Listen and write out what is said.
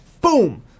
Boom